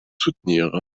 soutenir